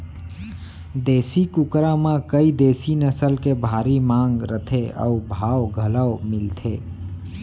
देसी कुकरा म कइ देसी नसल के भारी मांग रथे अउ भाव घलौ मिलथे